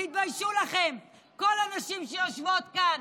תתביישו לכן, כל הנשים שיושבות כאן